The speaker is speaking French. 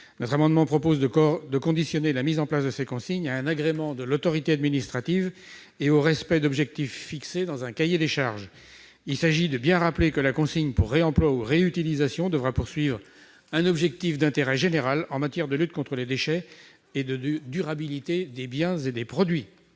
Nous proposons de conditionner la mise en place de ces consignes à un agrément de l'autorité administrative et au respect d'objectifs fixés dans un cahier des charges. Il s'agit de bien rappeler que la création d'une consigne pour réemploi ou réutilisation devra viser un objectif d'intérêt général en matière de lutte contre les déchets et de durabilité des biens et des produits.